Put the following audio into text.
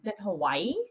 Hawaii